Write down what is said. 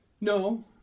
No